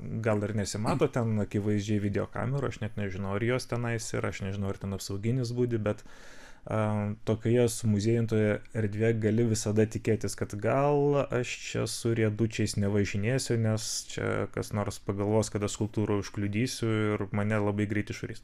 gal ir nesimato ten akivaizdžiai videokamerų aš net nežinau ar jos tenais ir aš nežinau ar ten apsauginis budi bet aa tokioje sumuziejintoje erdvėje gali visada tikėtis kad gal aš čia su riedučiais nevažinėsiu nes čia kas nors pagalvos kad aš skulptūrą užkliudysiu ir mane labai greit išvarys